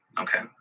Okay